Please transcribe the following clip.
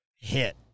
hit